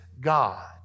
God